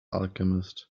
alchemist